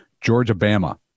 Georgia-Bama